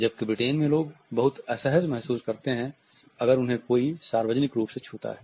जबकि ब्रिटेन में लोग बहुत असहज महसूस करते हैं अगर कोई उन्हें सार्वजनिक रूप से छूता है